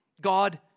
God